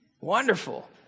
Wonderful